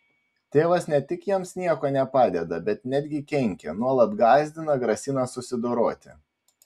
tėvas ne tik jiems niekuo nepadeda bet netgi kenkia nuolat gąsdina grasina susidoroti